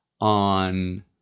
on